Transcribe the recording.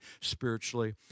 spiritually